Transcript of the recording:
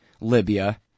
Libya